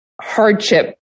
hardship